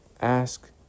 ask